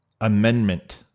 amendment